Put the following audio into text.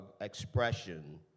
expression